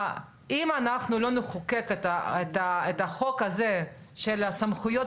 אם אנחנו לא נחוקק את החוק הזה של סמכויות